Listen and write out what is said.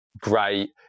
great